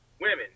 women